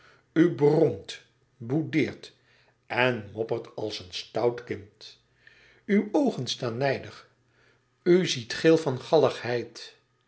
boudeert en moppert als een stout kind uw oogen staan nijdig u ziet geel van